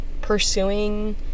pursuing